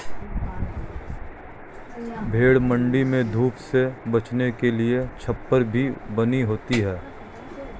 भेंड़ मण्डी में धूप से बचने के लिए छप्पर भी बनी होती है